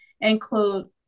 include